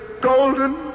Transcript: golden